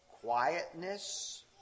quietness